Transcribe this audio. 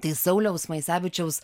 tai sauliaus maisevičiaus